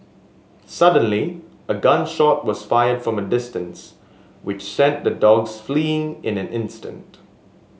suddenly a gun shot was fired from a distance which sent the dogs fleeing in an instant